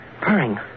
Purring